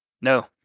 No